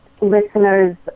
listeners